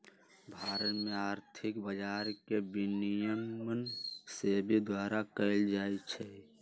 भारत में आर्थिक बजार के विनियमन सेबी द्वारा कएल जाइ छइ